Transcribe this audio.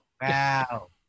wow